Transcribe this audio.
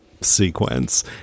sequence